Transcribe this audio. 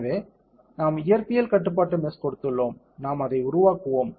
எனவே நாம் இயற்பியல் கட்டுப்பாட்டு மெஷ் கொடுத்துள்ளோம் நாம் அதை உருவாக்குவோம்